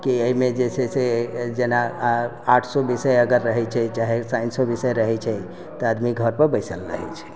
की अइमे जे छै से जेना आर्ट्सो विषय अगर रहै छै चाहे साइयन्सो विषय रहै छै तऽ आदमी घरपर बैसल रहै छै